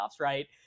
right